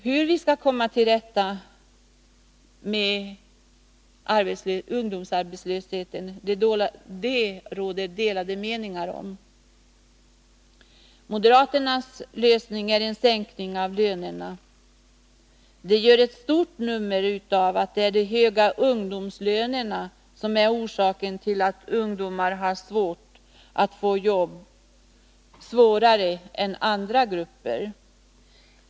Hur vi skall komma till rätta med ungdomsarbetslösheten råder det delade meningar om. Moderaternas lösning är en sänkning av lönerna. De gör ett stort nummer av att det är de höga ungdomslönerna som är orsaken till att ungdomar har svårare att få jobb än andra grupper.